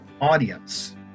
audience